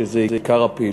שזה עיקר הפעילות,